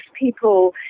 people